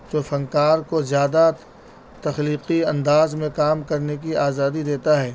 تو فنکار کو زیادہ تخلیقی انداز میں کام کرنے کی آزادی دیتا ہے